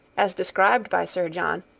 as described by sir john,